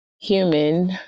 human